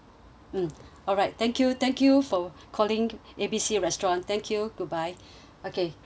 alright thank you thank you for calling A B C restaurant thank you goodbye okay ya